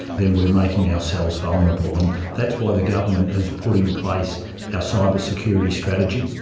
then we're making ourselves vulnerable, and that's why the government has put in place our cybersecurity strategy.